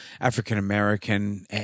African-American